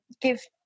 give